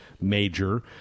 major